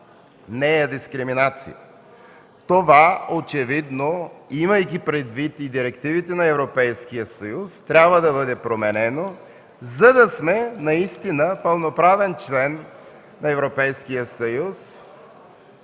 нея дискриминация. Това очевидно, имайки предвид и директивите на Европейския съюз, трябва да бъде променено, за да сме наистина пълноправен член на